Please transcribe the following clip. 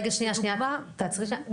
רגע, תעצרי שנייה.